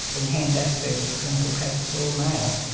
and hans asperger's clinical cases were all male.